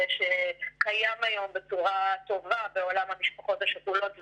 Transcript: שקיים היום בצורה טובה בעולם המשפחות השכולות,